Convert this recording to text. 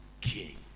king